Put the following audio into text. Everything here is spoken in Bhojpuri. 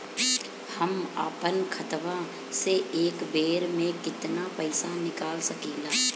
हम आपन खतवा से एक बेर मे केतना पईसा निकाल सकिला?